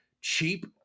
cheap